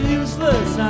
useless